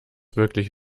wirklich